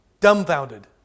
Dumbfounded